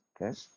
Okay